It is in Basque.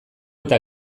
eta